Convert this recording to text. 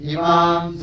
Imam